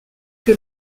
que